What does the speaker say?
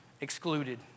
excluded